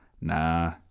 Nah